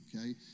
okay